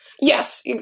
Yes